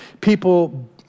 people